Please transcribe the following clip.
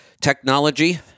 technology